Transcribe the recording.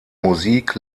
musik